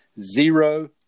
Zero